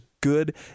good